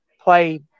play –